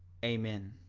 amen.